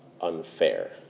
unfair